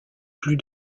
plus